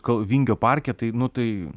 gal vingio parke tai nu tai